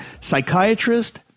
psychiatrist